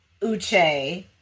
Uche